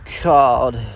called